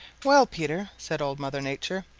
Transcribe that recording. well, peter, said old mother nature,